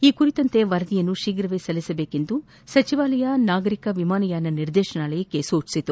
ಈ ಕುರಿತಂತೆ ವರದಿಯನ್ನು ಶೀಘ್ರವೇ ಸಲ್ಲಿಸುವಂತೆ ಸಚಿವಾಲಯ ನಾಗರಿಕ ವಿಮಾನಯಾನ ನಿರ್ದೇಶನಾಲಯಕ್ಕೆ ಸೂಚಿಸಿದೆ